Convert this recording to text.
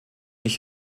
ich